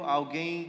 alguém